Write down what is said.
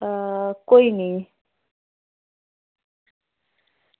कोई निं